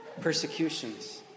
persecutions